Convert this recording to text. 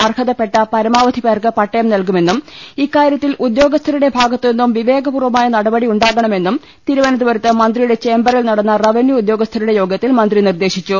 അർഹതപ്പെട്ട പരമാവധി പേർക്ക് പട്ടയം നൽകു മെന്നും ഇക്കാര്യത്തിൽ ഉദ്യോഗസ്ഥരുടെ ഭാഗത്തുനിന്നും വിവേകപൂർവ മായ നടപടി ഉണ്ടാകണമെന്നും തിരുവനന്തപുരത്ത് മന്ത്രിയുടെ ചേംബറി ൽ നടന്ന റവന്യൂ ഉദ്യോഗസ്ഥരുടെ യോഗത്തിൽ മന്ത്രി നിർദ്ദേശിച്ചു